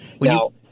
Now